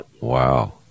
Wow